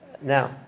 Now